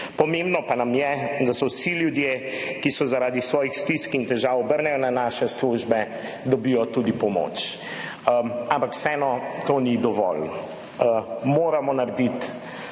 Pomembno nam je, da vsi ljudje, ki se zaradi svojih stisk in težav obrnejo na naše službe, dobijo tudi pomoč. Ampak vseeno to ni dovolj, moramo narediti